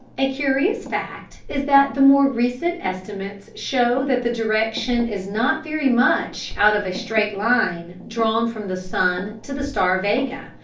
a curious fact is that the more recent estimates show that the direction is not very much out of a straight line drawn from the sun to the star vega,